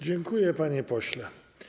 Dziękuję, panie pośle.